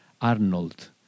Arnold